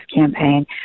campaign